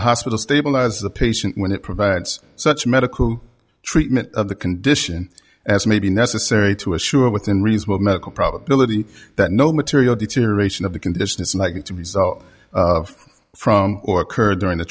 hospital stabilize the patient when it provides such medical treatment of the condition as may be necessary to assure within reasonable medical probability that no material deterioration of the condition is likely to result from or occurred during the